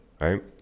right